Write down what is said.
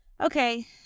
Okay